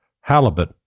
halibut